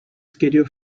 schedule